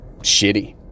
shitty